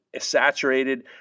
saturated